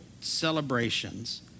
celebrations